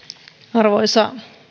arvoisa